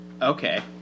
Okay